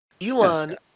Elon